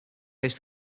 based